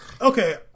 Okay